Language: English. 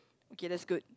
okay that's good